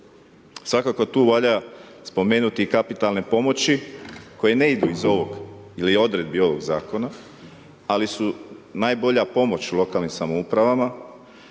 Svakako tu valja spomenuti kapitalne pomoći koje ne idu iz ovog ili odredbi ovog Zakona, ali su najbolja pomoć lokalnim samoupravama.